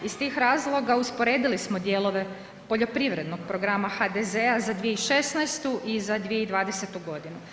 Iz tih razloga, usporedili smo dijelove poljoprivrednog programa HDZ-a za 2016. i za 2020. godinu.